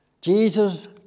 Jesus